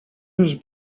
his